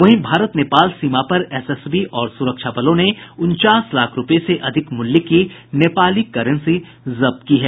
वहीं भारत नेपाल सीमा पर एसएसबी और सुरक्षा बलों ने उनचास लाख रूपये से अधिक मूल्य की नेपाली करेंसी जब्त की है